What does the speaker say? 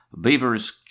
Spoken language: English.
beavers